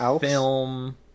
film